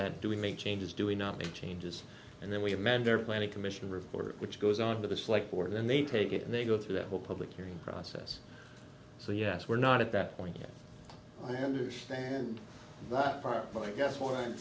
that do we make changes do we not make changes and then we amend their planning commission report which goes on to this like board and they take it and they go through the whole public hearing process so yes we're not at that point yet understand that part but i guess what i'm